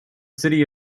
city